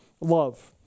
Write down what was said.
love